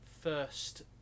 first